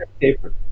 paper